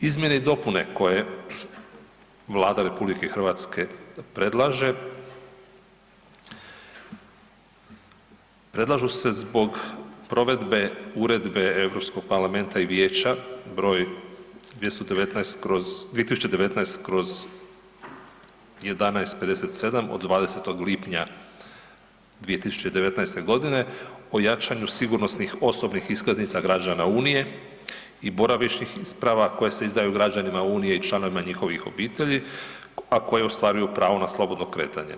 Izmjene i dopune koje Vlada Republike Hrvatske predlaže, predlažu se zbog provedbe Uredbe Europskog parlamenta i Vijeća broj 2019/1157 od 20. lipnja 2019. godine o jačanju sigurnosnih osobnih iskaznica građana Unije i boravišnih isprava koje se izdaju građanima Unije i članovima njihovih obitelji, a koji ostvaruju pravo na slobodno kretanje.